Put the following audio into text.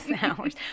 hours